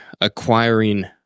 acquiring